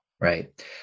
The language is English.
Right